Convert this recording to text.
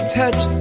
touch